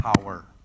power